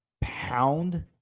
pound